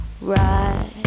Right